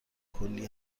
کلی